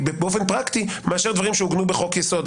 באופן פרקטי, מאשר דברים שעוגנו בחוק יסוד.